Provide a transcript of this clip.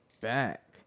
back